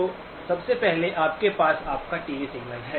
तो सबसे पहले आपके पास आपका टीवी सिग्नल है